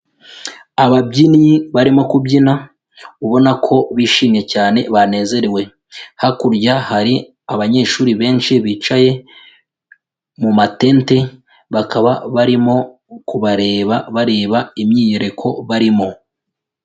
Aabyinnyi barimo kubyina ubona ko bishimye cyane banezerewe, hakurya hari abanyeshuri benshi bicaye mu matente, bakaba barimo kubareba bareba imyiyereko barimo.